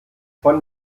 von